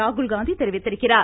ராகுல் காந்தி தெரிவித்திருக்கிறார்